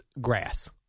grass